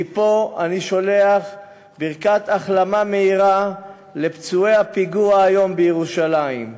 מפה אני שולח ברכת החלמה מהירה לפצועי הפיגוע שהיה היום בירושלים.